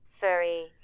furry